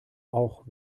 auch